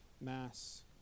mass